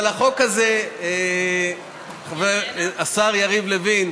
אבל החוק הזה, השר יריב לוין,